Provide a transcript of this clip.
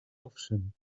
owszem